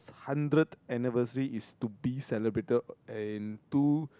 hundredth anniversary is to be celebrated in two